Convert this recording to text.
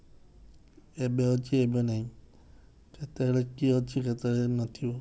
ଏବେ ଅଛି ଏବେ ନାହିଁ କେତେବେଳେ କିଏ ଅଛି କେତେବେଳେ ନଥିବ